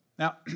Now